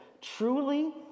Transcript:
truly